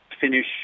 Finish